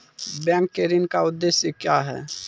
Bank के ऋण का उद्देश्य क्या हैं?